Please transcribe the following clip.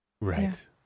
Right